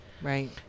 right